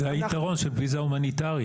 זה היתרון של ויזה הומניטרית.